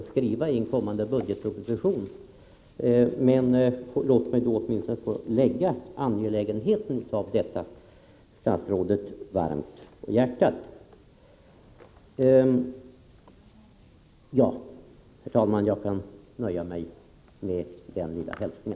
Vilka riktlinjer ligger till grund för regeringen när det gäller att garantera allmänhetens tillträde till områden av stort kulturpolitiskt värde?